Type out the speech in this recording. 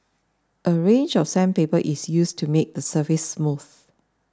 a range of sandpaper is used to make the surface smooth